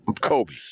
Kobe